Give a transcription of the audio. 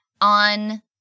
on